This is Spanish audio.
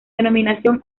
denominación